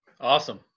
Awesome